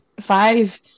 five